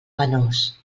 penós